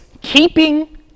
keeping